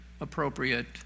appropriate